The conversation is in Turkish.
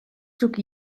çok